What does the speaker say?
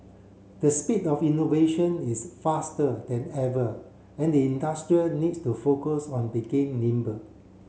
the speed of innovation is faster than ever and the industrial needs to focus on begin nimble